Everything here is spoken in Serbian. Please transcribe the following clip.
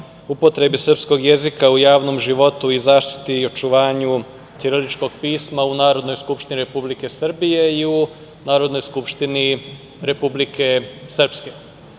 upotrebi srpskog jezika u javnom životu i zaštiti i očuvanju ćiriličkog pisma u Narodnoj skupštini Republike Srbije i u Narodnoj skupštini Republike Srpske. Mi